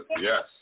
Yes